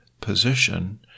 position